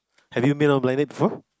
have you made on blind date before